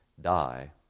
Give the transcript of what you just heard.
die